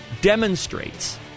demonstrates